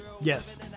Yes